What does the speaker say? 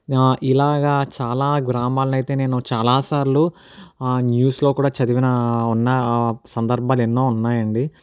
ఇలాగా చాలా గ్రామాలును అయితే నేను చాలా సార్లు న్యూస్లో కూడా చదివిన ఉన్న సందర్భాలు ఎన్నో ఉన్నాయి అండి